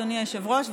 אדוני היושב-ראש,